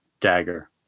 dagger